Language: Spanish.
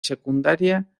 secundaria